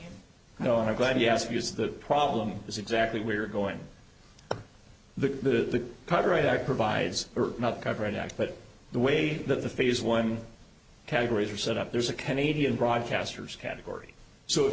no and i'm glad you asked because the problem is exactly where you're going the copyright act provides not cover an act but the way that the phase one categories are set up there's a canadian broadcasters category so if